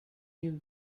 new